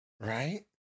right